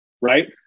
right